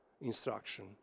instruction